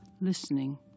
listening